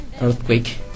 Earthquake